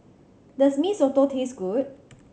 does Mee Soto taste good